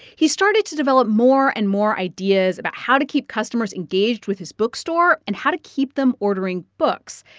he started to develop more and more ideas about how to keep customers engaged with his bookstore and how to keep them ordering books.